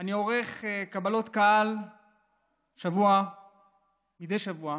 אני עורך קבלות קהל מדי שבוע